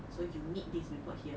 so you need these people here